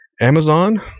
Amazon